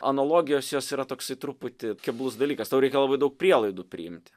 analogijos jos yra toksai truputį keblus dalykas tau reikia labai daug prielaidų priimti